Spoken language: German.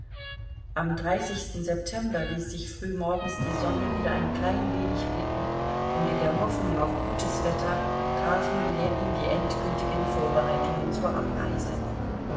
am september ließ sich frühmorgens die sonne wieder ein klein wenig blicken und in der hoffnung auf gutes wetter traf nun ljewin die endgültigen vorbereitungen zur abreise